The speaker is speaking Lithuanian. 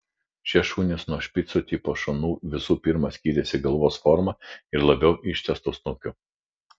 šie šunys nuo špicų tipo šunų visų pirma skyrėsi galvos forma ir labiau ištęstu snukiu